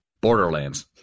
Borderlands